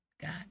God